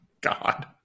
God